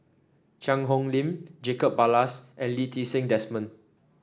Cheang Hong Lim Jacob Ballas and Lee Ti Seng Desmond